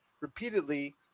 repeatedly